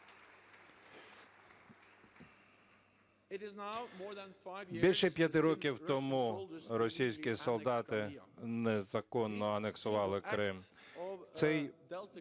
Більше 5 років тому російські солдати незаконно анексували Крим.